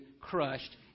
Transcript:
crushed